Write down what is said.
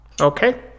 Okay